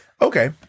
Okay